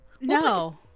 No